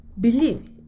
Believe